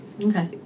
Okay